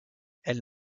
elle